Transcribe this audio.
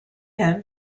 him